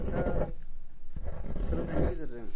दा सोलोंथाइनि गेजेरजों